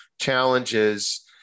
challenges